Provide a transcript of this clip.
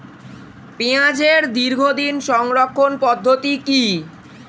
পেঁয়াজের দীর্ঘদিন সংরক্ষণ পদ্ধতি কি?